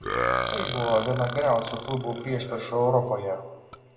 tai buvo viena geriausių klubų priešpriešų europoje